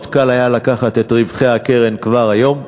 מאוד קל היה לקחת את רווחי הקרן כבר היום,